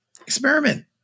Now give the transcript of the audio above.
Experiment